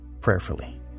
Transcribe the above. prayerfully